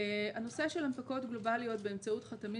הנושא של הנפקות גלובאליות באמצעות חתמים